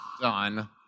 done